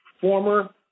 former